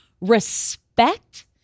respect